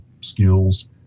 skills